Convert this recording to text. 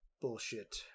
bullshit